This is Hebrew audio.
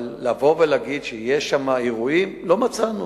אבל לבוא ולהגיד שיש שם אירועים, לא מצאנו.